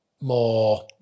more